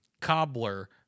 cobbler